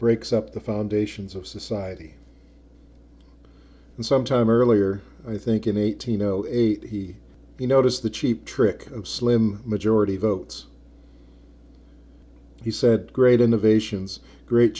breaks up the foundations of society and sometime earlier i think in eighteen zero eight he you noticed the cheap trick of slim majority votes he said great innovations great